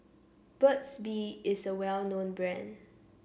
Burt's Bee is a well known brand